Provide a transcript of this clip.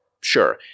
Sure